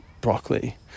broccoli